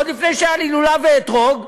עוד לפני שהיו לי לולב ואתרוג,